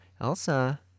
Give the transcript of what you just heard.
Elsa